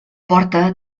porta